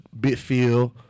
Bitfield